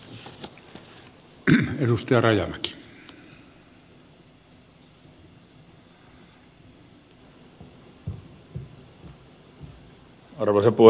arvoisa puhemies